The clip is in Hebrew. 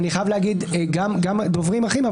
בעניין הזה אני חייב להגיד שגם דוברים אחרים,